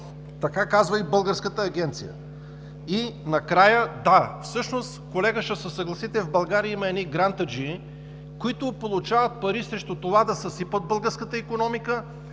Така казва и българската агенция. Накрая, да, всъщност, колега, ще се съгласите, че в България има едни грантаджии, които получават пари срещу това да съсипят българската икономика,